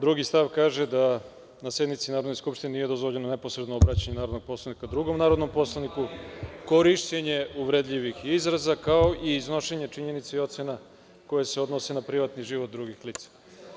Drugi stav kaže da na sednici Narodne skupštine nije dozvoljeno neposredno obraćanje narodnog poslanika drugom narodnom poslaniku, korišćenje uvredljivih izraza, kao i iznošenje činjenica i ocena koje se odnose na privatni život drugih lica.